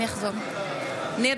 בעד ניר